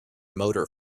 motor